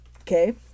Okay